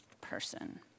person